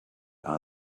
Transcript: are